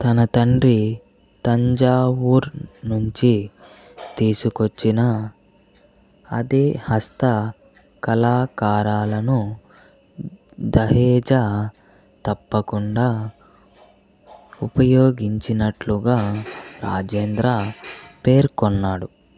తన తండ్రి తంజావూర్ నుంచి తీసుకొచ్చిన అదే హస్త కళాకారాలను దహేజా తప్పకుండా ఉపయోగించినట్లుగా రాజేంద్ర పేర్కొన్నాడు